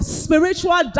spiritual